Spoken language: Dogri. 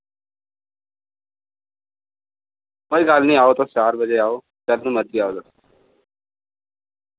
कोई गल्ल नि आओ तुस चार बजे आओ जैलु मर्जी आओ तुस